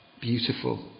beautiful